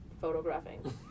Photographing